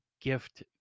gift